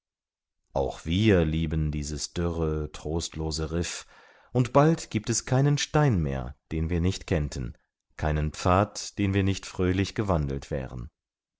auch wir lieben dieses dürre trostlose riff und bald giebt es keinen stein mehr den wir nicht kennten keinen pfad den wir nicht fröhlich gewandelt wären